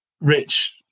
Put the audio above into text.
Rich